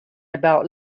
about